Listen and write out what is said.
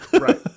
Right